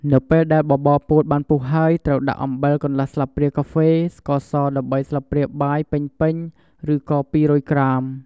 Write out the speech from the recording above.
នៅពេលដែលបបរពោតបានពុះហើយ ត្រួវដាក់អំបិលកន្លះស្លាបព្រាកាហ្វេ ស្ករស១៣ស្លាបព្រាបាយពេញៗ ឬក៏២០០ក្រាម។